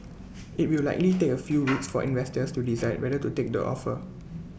IT will likely take A few weeks for investors to decide whether to take the offer